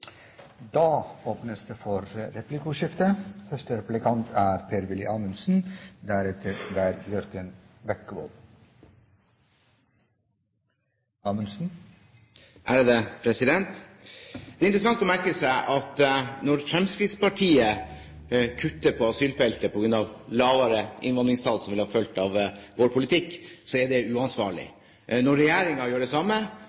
åpnes for replikkordskifte. Det er interessant å merke seg at når Fremskrittspartiet kutter på asylfeltet på grunn av lavere innvandringstall som følge av vår politikk, er det uansvarlig. Når regjeringen gjør det samme,